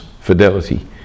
fidelity